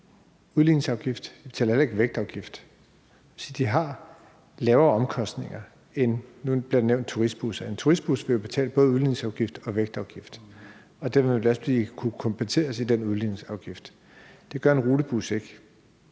udligningsafgift, og de betaler heller ikke vægtafgift, så de har lavere omkostninger end, nu bliver turistbusser nævnt. En turistbus vil jo skulle betale både udligningsafgift og vægtafgift, og dermed vil den også kunne kompenseres i udligningsafgift. Det gør en rutebus ikke.